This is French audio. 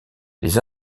les